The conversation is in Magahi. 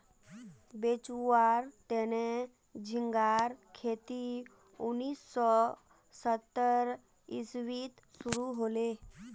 बेचुवार तने झिंगार खेती उन्नीस सौ सत्तर इसवीत शुरू हले